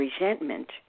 resentment